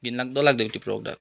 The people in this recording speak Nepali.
घिनलाग्दो लाग्यो त्यो प्रडक्ट